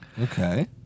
Okay